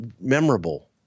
memorable